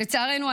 לצערנו,